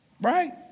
Right